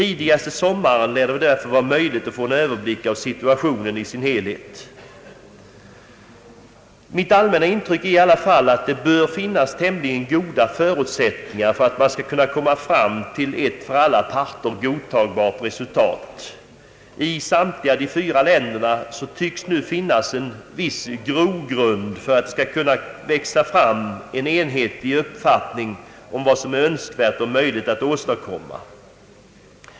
Tidigast till sommaren lär det därför bli möjligt att få en öÖöverblick av situationen i dess helhet. Mitt allmänna intryck är i alla fall att det bör finnas tämligen goda förutsättningar för att man skall kunna komma fram till ett för alla parter godtagbart resultat. I samtliga de fyra länderna tycks nu finnas en viss grogrund för att det skall kunna växa fram en enhetlig uppfattning om vad som är önskvärt och möjligt att åstadkomma.